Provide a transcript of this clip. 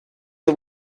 are